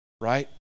right